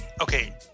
okay